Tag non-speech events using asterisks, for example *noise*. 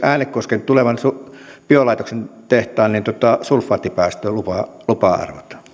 *unintelligible* äänekosken tulevan biolaitoksen tehtaan sulfaattipäästölupa arvot